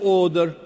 order